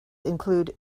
include